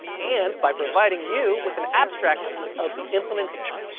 and by providing you with an abstraction of the implementation.